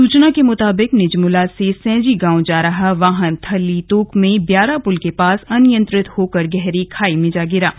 सूचना के मुताबिक निजमुला से सैंजी गाँव जा रहा वाहन थल्ली तोक में ब्यारा पुल के पास अनियंत्रित होकर गहरी खाई में गिर गया